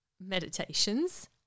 meditations